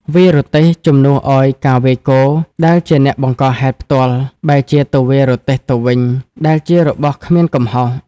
វាយរទេះ ជំនួសឲ្យការវាយគោដែលជាអ្នកបង្កហេតុផ្ទាល់ បែរជាទៅវាយរទេះទៅវិញ ដែលជារបស់គ្មានកំហុស។